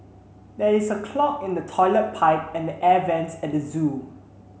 there is a clog in the toilet pipe and the air vents at the zoo